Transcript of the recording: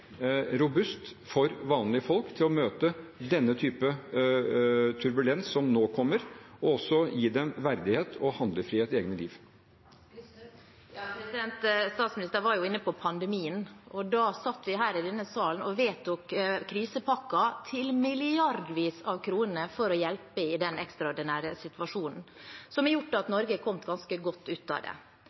robust for vanlige folk for å møte den typen turbulens som nå kommer, og også gi dem verdighet og handlefrihet i eget liv. Statsministeren var inne på pandemien. Da satt vi her i denne salen og vedtok krisepakker til milliarder av kroner for å hjelpe i den ekstraordinære situasjonen, som har gjort at Norge har kommet ganske godt ut av det.